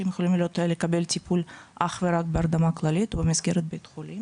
שהם יכולים לקבל טיפול אך ורק בהרדמה כללית ובמסגרת בית חולים.